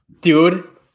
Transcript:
Dude